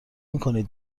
میکنید